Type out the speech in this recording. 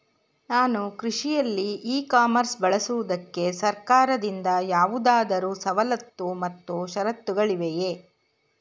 ನಾನು ಕೃಷಿಯಲ್ಲಿ e commerce ಬಳಸುವುದಕ್ಕೆ ಸರ್ಕಾರದಿಂದ ಯಾವುದಾದರು ಸವಲತ್ತು ಮತ್ತು ಷರತ್ತುಗಳಿವೆಯೇ?